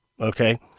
okay